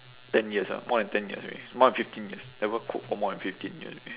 ten years ah more than ten years already more than fifteen years never cook for more than fifteen years already